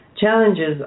Challenges